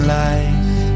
life